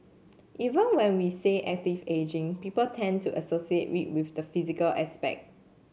even when we say active ageing people tend to associate it with the physical aspect